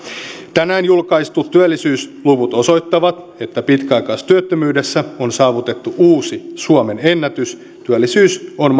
tänään julkaistut työllisyysluvut osoittavat että pitkäaikaistyöttömyydessä on saavutettu uusi suomen ennätys työllisyys on